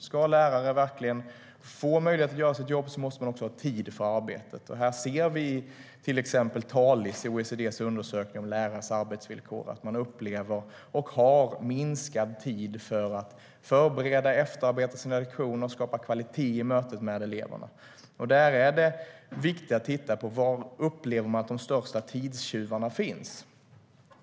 Ska en lärare verkligen få möjlighet att göra sitt jobb måste man också ha tid för arbetet, och här ser vi i till exempel Talis, OECD:s undersökning om lärares arbetsvillkor, att man upplever och har minskad tid för att förbereda och efterarbeta sina lektioner och skapa kvalitet i mötet med eleverna. Där är det viktigt att titta på var man upplever att de största tidstjuvarna finns.